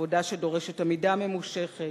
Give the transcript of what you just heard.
עבודה שדורשת עמידה ממושכת,